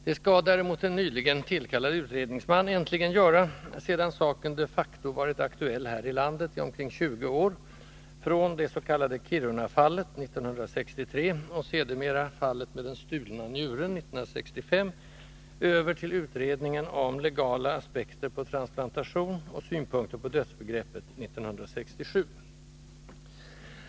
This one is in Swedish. Det skall däremot äntligen göras, av en nyligen tillkallad utredningsman, sedan saken de facto varit aktuell här i landet i omkring tjugo år, från det s.k. Kirunafallet 1963 och sedermera ”fallet med den stulna njuren” 1965 över till utredningen om ”Legala aspekter på transplantation och synpunkter på dödsbegreppet” 1967.